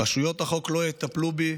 רשויות החוק לא יטפלו בי,